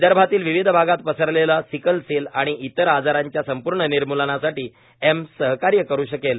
विदर्भातील विविध भागात पसरलेला सिकलसेल आणि इतर आजारांच्या संपूर्ण निर्मूलनासाठी एम्स सहकार्य करू शकेल